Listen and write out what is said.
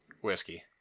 whiskey